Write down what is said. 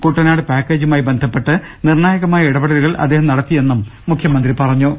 കുട്ടനാട് പാക്കേജുമായി ബന്ധപ്പെട്ട് നിർണായകമായ ഇടപ്പെടലുകൾ അദ്ദേഹം നട ത്തിയെന്ന് മുഖ്യമന്ത്രി പറഞ്ഞു